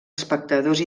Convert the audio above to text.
espectadors